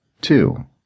Two